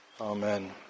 Amen